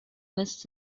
missed